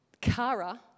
kara